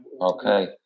Okay